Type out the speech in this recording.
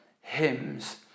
hymns